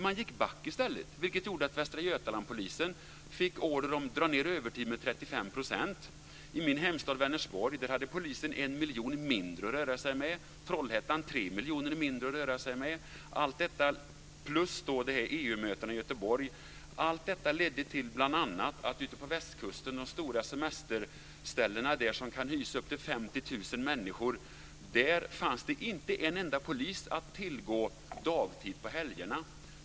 Man gick back i stället, vilket gjorde att polisen i Västra Götaland fick order om att dra ned övertiden med 35 %. I min hemstad Vänersborg hade polisen 1 miljon mindre att röra sig med, i Trollhättan 3 miljoner mindre. Därtill kom då Allt detta ledde bl.a. till att det i de stora semesterorterna ute på Västkusten, som kan hysa upp till 50 000 människor, inte fanns en enda polis att tillgå dagtid på helgerna.